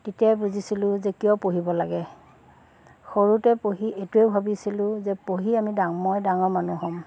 তেতিয়াই বুজিছিলোঁ যে কিয় পঢ়িব লাগে সৰুতে পঢ়ি এইটোৱে ভাবিছিলোঁ যে পঢ়ি আমি ডাঙৰ মই ডাঙৰ মানুহ হ'ম